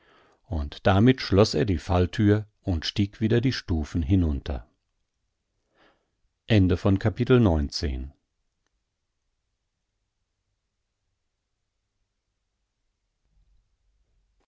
und damit schloß er die fallthür und stieg wieder die stufen hinunter